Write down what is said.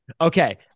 Okay